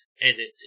edit